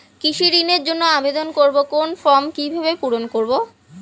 কৃষি ঋণের জন্য আবেদন করব কোন ফর্ম কিভাবে পূরণ করব?